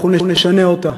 אנחנו נשנה אותה.